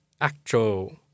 actual